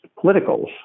politicals